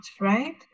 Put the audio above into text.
right